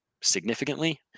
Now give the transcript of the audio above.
significantly